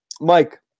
Mike